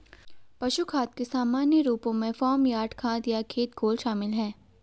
पशु खाद के सामान्य रूपों में फार्म यार्ड खाद या खेत घोल शामिल हैं